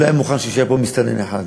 הוא לא היה מוכן שיישאר כאן מסתנן אחד.